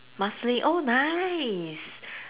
Marsiling oh nice